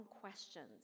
questions